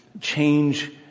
change